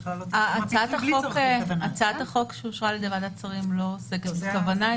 הצעת החוק שאושרה על ידי ועדת שרים לא עוסקת בכוונה,